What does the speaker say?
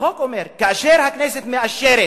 החוק אומר, כאשר הכנסת מאשרת